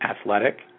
athletic